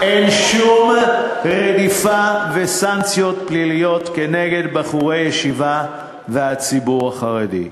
אין שום רדיפה וסנקציות פליליות כנגד בחורי ישיבה והציבור החרדי.